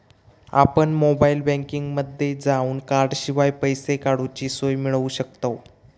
आपण मोबाईल बँकिंगमध्ये जावन कॉर्डशिवाय पैसे काडूची सोय मिळवू शकतव